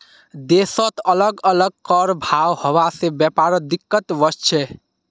देशत अलग अलग कर भाव हवा से व्यापारत दिक्कत वस्छे